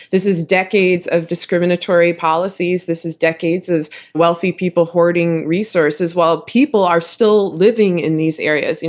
this is decades of discriminatory policies. this is decades of wealthy people hoarding resources while people are still living in these areas.